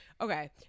okay